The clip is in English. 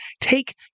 take